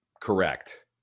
correct